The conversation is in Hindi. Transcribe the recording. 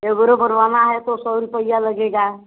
एबरो बनवाना है तो सौ रूपया लगेगा